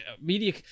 media